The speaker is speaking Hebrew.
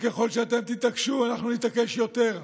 ככל שאתם תתעקשו, אנחנו נתעקש יותר,